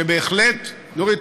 נורית,